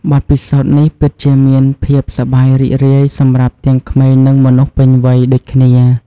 បទពិសោធន៍នេះពិតជាមានភាពសប្បាយរីករាយសម្រាប់ទាំងក្មេងនិងមនុស្សពេញវ័យដូចគ្នា។